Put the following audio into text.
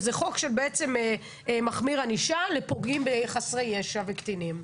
זה חוק שבעצם מחמיר ענישה לפוגעים בחסרי ישע וקטינים.